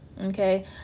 Okay